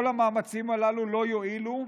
כל המאמצים הללו לא יועילו,